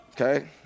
okay